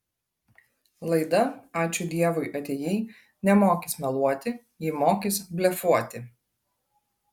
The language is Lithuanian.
laida ačiū dievui atėjai nemokys meluoti ji mokys blefuoti